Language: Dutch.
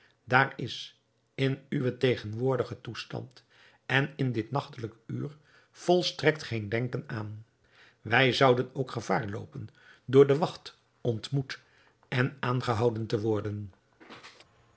daar is in uwen tegenwoordigen toestand en in dit nachtelijk uur volstrekt geen denken aan wij zouden ook gevaar loopen door de wacht ontmoet en aangehouden te worden